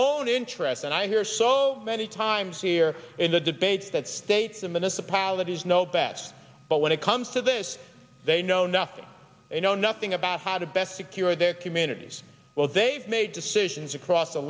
own interests and i hear so many times here in the debates that states the minister polities no pets but when it comes to this they know nothing they know nothing about how to best secure their communities well they've made decisions across the